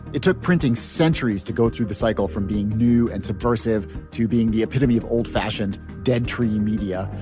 it took printing centuries to go through the cycle from being new and subversive to being the epitome of old fashioned dead tree media.